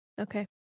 Okay